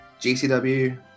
GCW